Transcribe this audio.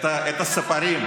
את הספרים,